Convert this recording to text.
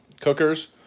cookers